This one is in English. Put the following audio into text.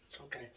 Okay